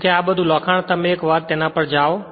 તેથી આ બધું લખાણ તમે એક વાર તેના પર જાઓ